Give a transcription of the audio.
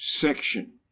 section